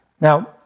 Now